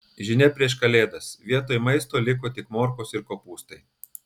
žinia prieš kalėdas vietoj maisto liko tik morkos ir kopūstai